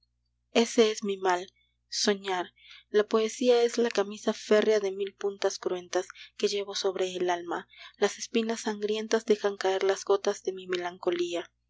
ese es mi mal soñar la poesía es la camisa férrea de mil puntas cruentas que llevo sobre el alma las espinas sangrientas dejan caer las gotas de mi melancolía